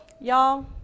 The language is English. Y'all